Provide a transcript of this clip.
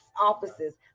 offices